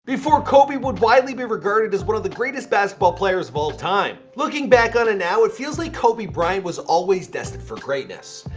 before kobe would widely be regarded as one of the greatest basketball players of all-time, looking back ah at it and now, it feels like kobe bryant was always destined for greatness.